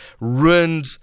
ruined